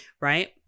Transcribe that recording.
right